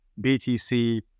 btc